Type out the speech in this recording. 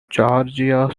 georgia